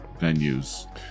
venues